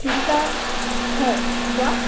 তিনিটাত হয় কোৱা